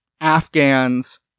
Afghans